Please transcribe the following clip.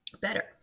Better